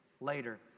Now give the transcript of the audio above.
later